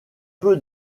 peu